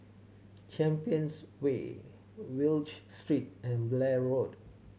Champions Way Wallich Street and Blair Road